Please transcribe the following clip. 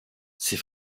ses